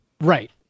Right